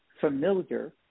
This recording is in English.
familiar